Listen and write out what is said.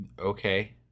Okay